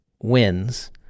wins